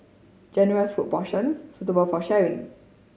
generous food portions suitable for sharing